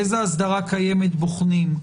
איזו האסדרה קיימת בוחנים,